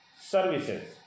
services